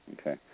okay